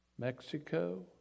Mexico